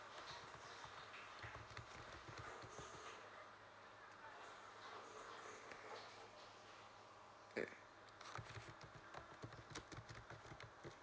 mm